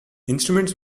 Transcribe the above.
instruments